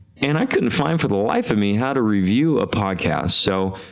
and i couldn't find for the life of me how to review a podcast, so